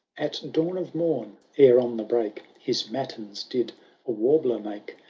at dawn of morn, ere on the brake his matins did a warbler make,